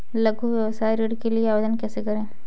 लघु व्यवसाय ऋण के लिए आवेदन कैसे करें?